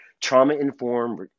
trauma-informed